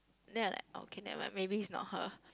then I like okay nevermind maybe is not her